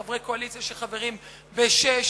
חברי קואליציה שחברים בשש,